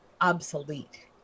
obsolete